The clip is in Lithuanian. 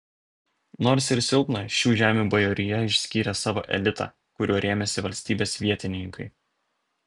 nors ir silpna šių žemių bajorija išskyrė savo elitą kuriuo rėmėsi valstybės vietininkai